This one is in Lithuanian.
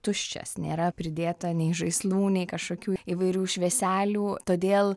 tuščias nėra pridėta nei žaislų nei kažkokių įvairių švieselių todėl